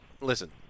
listen